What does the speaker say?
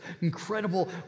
incredible